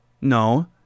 No